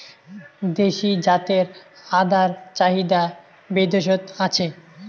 দেশী জাতের আদার চাহিদা বৈদ্যাশত আছে